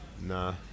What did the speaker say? Nah